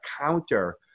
counter